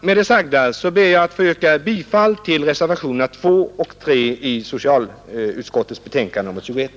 Med det sagda ber jag få yrka bifall till reservationerna 2 och 3 vid socialutskottets betänkande nr 21.